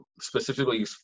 specifically